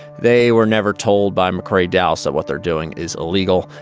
they were never told by mccrea doussa what they're doing is illegal.